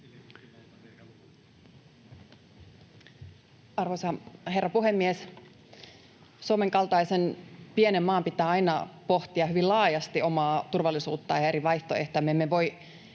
Arvoisa herra puhemies! Suomen kaltaisen pienen maan pitää aina pohtia hyvin laajasti omaa turvallisuuttaan ja eri vaihtoehtoja.